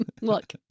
Look